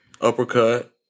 uppercut